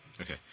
Okay